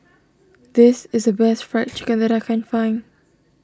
this is the best Fried Chicken that I can find